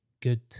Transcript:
good